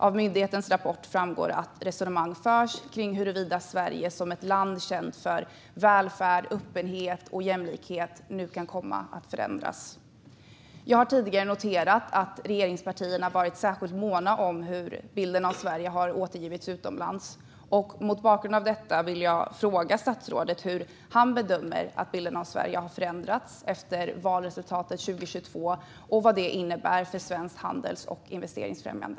Av myndighetens rapport framgår att resonemang förs kring huruvida bilden av Sverige som ett land känt för välfärd, öppenhet och jämlikhet nu kan komma att förändras. Jag har tidigare noterat att regeringspartierna varit särskilt måna om hur bilden av Sverige har återgivits utomlands. Mot bakgrund av detta vill jag fråga statsrådet hur han bedömer att bilden av Sverige har förändrats efter valresultatet 2022 och vad det innebär för svenskt handels och investeringsfrämjande.